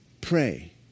pray